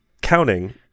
counting